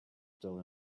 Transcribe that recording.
still